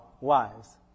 wives